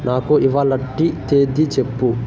నాకు ఇవాళ్టి తేది చెప్పు